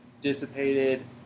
dissipated